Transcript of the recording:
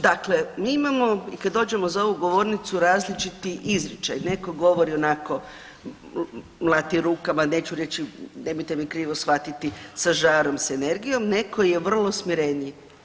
Dakle, mi imamo i kad dođemo za ovu govornicu različiti izričaj, netko govori onako mlati rukama neću reći nemojte me krivo shvatiti sa žarom, s energijom netko je vrlo smireniji.